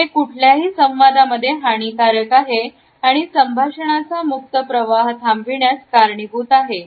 हे कुठल्याही संवादामध्ये हानिकारक आहे आणि संभाषणाचा मुक्त प्रवाह थांबविण्यास कारणीभूत आहे